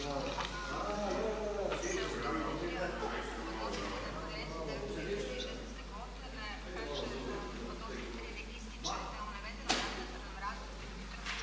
Hvala